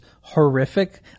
horrific